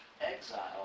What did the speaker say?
exile